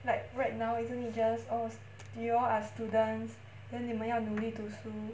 like right now isn't it just orh you all are students then 你们要努力读书